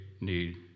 need